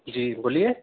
جی بولیے